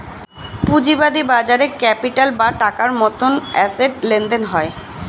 পুঁজিবাদী বাজারে ক্যাপিটাল বা টাকার মতন অ্যাসেট লেনদেন হয়